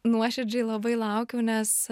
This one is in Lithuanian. nuoširdžiai labai laukiau nes